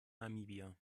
namibia